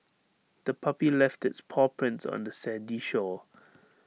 the puppy left its paw prints on the sandy shore